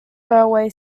railway